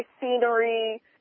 scenery